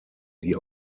die